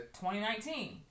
2019